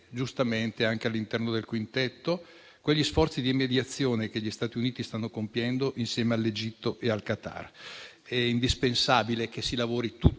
giustamente anche all'interno del quintetto, gli sforzi di mediazione che gli Stati Uniti stanno compiendo insieme all'Egitto e al Qatar. È indispensabile che si lavori tutti